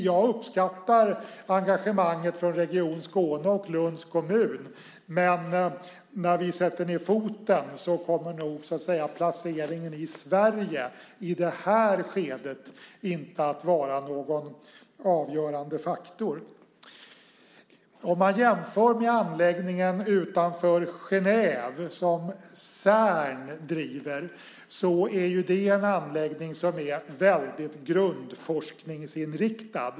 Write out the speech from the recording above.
Jag uppskattar engagemanget från Region Skåne och Lunds kommun. Men när vi sätter ned foten kommer nog placeringen i Sverige i det här skedet inte att vara någon avgörande faktor. Om man jämför med anläggningen utanför Genève, som Cern driver, är det en anläggning som är väldigt grundforskningsinriktad.